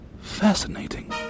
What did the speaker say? Fascinating